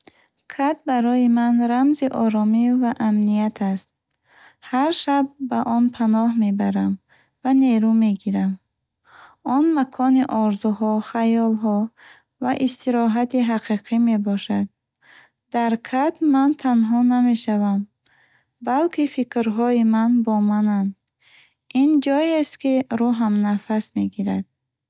Кат барои ман рамзи оромӣ ва амният аст. Ҳар шаб ба он паноҳ мебарам ва нерӯ мегирам. Он макони орзуҳо, хаёлҳо ва истироҳати ҳақиқӣ мебошад. Дар кат ман танҳо намешавам, балки фикрҳои ман бо мананд. Ин ҷоест, ки рӯҳам нафас мегирад.